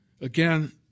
Again